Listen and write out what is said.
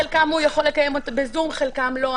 חלקן הוא יכול לקיים ב"זום", חלקן לא.